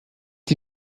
die